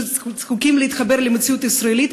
שזקוקים להתחבר למציאות הישראלית,